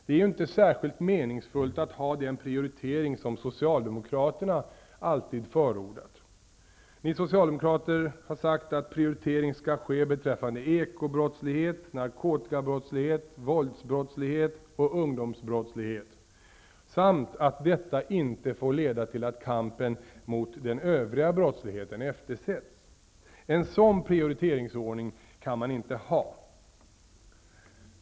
Det är ju inte särskilt meningsfullt att ha den prioritering som Socialdemokraterna alltid förordat. Ni socialdemokrater har sagt att prioritering skall ske beträffande ekobrottslighet, narkotikabrottslighet, våldsbrottslighet och ungdomsbrottslighet samt att detta inte får leda till att kampen mot den övriga brottsligheten eftersätts. En sådan prioriteringsordning kan man inte ha.